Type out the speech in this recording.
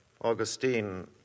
Augustine